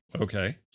Okay